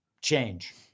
change